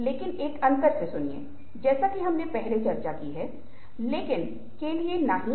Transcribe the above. लेकिन ज्यादातर मैं वहां पर श्रोता था और इसके अंत वह सोच रहा कि मुझे उसके साथ क्या साझा करना है